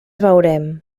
veurem